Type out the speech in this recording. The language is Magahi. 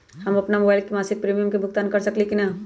हम अपन मोबाइल से मासिक प्रीमियम के भुगतान कर सकली ह की न?